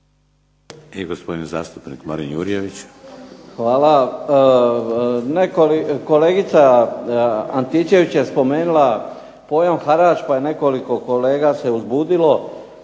I gospodin zastupnik Marin Jurjević. **Jurjević, Marin (SDP)** Hvala. Kolegica Antičević je spomenula harač, pa je nekoliko kolega se uzbudilo